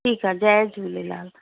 ठीकु आहे जय झूलेलाल